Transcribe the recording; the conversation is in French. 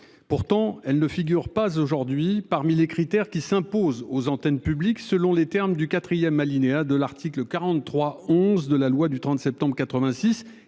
Pourtant elle ne figure pas aujourd'hui parmi les critères qui s'impose aux antennes publiques selon les termes du 4ème alinéa de l'article 43 11 de la loi du 30 septembre 86